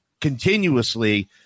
continuously